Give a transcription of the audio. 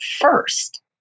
first